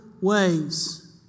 ways